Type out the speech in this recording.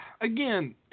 again